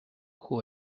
who